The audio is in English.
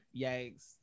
Yikes